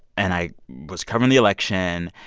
and i was covering the election.